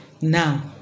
now